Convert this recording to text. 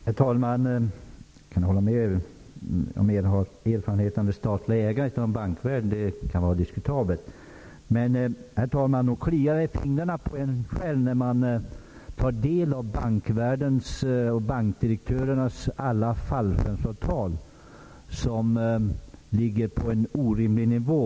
Herr talman! Jag kan hålla med om att erfarenheten av statligt ägande inom bankvärlden kan vara diskutabelt. Men, herr talman, nog kliar det i fingrarna när man tar del av bankvärldens och bankdirektörernas alla fallskärmsavtal, som ligger på en orimlig nivå.